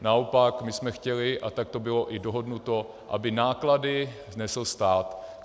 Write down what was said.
Naopak my jsme chtěli, a tak to bylo i dohodnuto, aby náklady nesl stát.